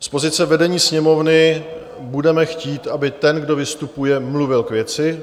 Z pozice vedení Sněmovny budeme chtít, aby ten, kdo vystupuje, mluvil k věci.